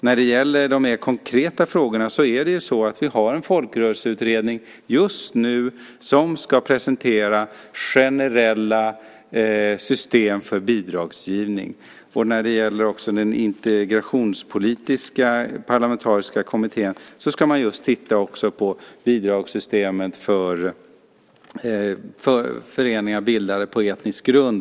När det gäller de mer konkreta frågorna har vi just nu en folkrörelseutredning som ska presentera generella system för bidragsgivning. Den integrationspolitiska parlamentariska kommittén ska också titta på just bidragssystemet för föreningar bildade på etnisk grund.